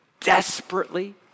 desperately